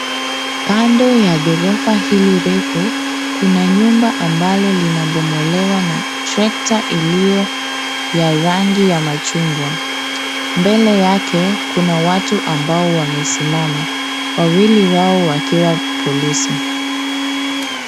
Kando ya gorofa hili refu kuna nymba ambalo linabomolewa na treka iliyo ya rangi ya machungwa. Mbele yake kuna watu ambao wamesimama wawili wao wakiwa polisi.